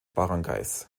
baranggays